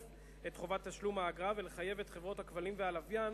את חובת תשלום האגרה ולחייב את חברות הכבלים והלוויין